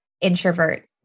introvert